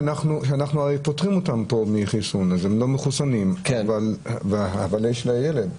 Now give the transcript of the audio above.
-- שאנחנו פוטרים אותם פה מחיסון אז הם לא מחוסנים אבל יש להם ילד.